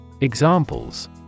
Examples